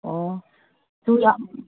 ꯑꯣ ꯑꯗꯨ ꯌꯥꯝ